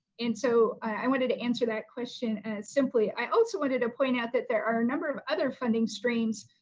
and so, i wanted to answer that question, and simply. i also wanted to point out that there are a number of other funding streams,